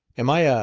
am i a?